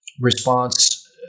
response